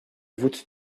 voûtes